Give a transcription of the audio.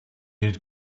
had